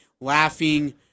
laughing